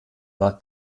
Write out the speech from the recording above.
war